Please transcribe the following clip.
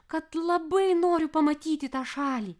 kad labai noriu pamatyti tą šalį